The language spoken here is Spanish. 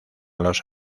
los